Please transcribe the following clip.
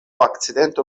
akcidento